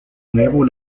nuevo